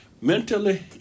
mentally